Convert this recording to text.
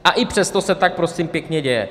A i přesto se tak, prosím pěkně, děje.